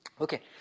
Okay